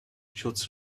shots